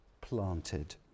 planted